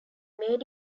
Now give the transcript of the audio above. made